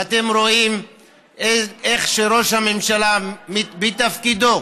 ואתם רואים איך שראש הממשלה בתפקידו